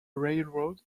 railroad